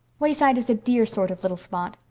wayside is a dear sort of little spot.